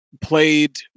played